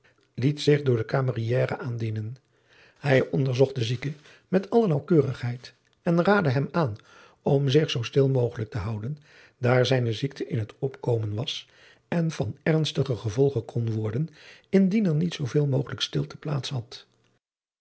liet zich door den cameriere aandienen hij onderzocht den zieken met alle naauwkeurigheid en raadde hem aan om zich zoo stil mogelijk te houden daar zijne ziekte in het opkomen was en van ernstige gevolgen kon worden indien er niet zooveel mogelijk stilte plaats had